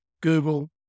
Google